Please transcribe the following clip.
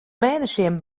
mēnešiem